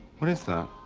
what is that?